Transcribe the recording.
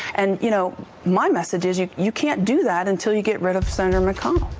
and, you know, my message is you you can't do that until you get rid of senator mcconnell.